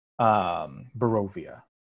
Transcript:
Barovia